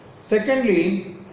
Secondly